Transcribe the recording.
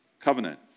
covenant